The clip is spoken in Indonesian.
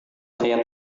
saya